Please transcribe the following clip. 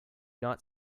not